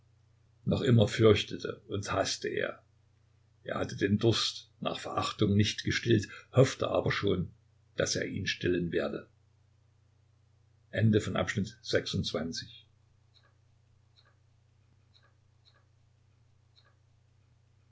noch immer fürchtete und haßte er er hatte den durst nach verachtung nicht gestillt hoffte aber schon daß er ihn stillen werde